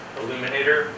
illuminator